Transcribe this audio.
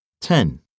Ten